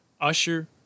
Usher